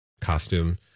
Costume